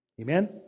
Amen